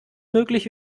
möglich